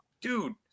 dude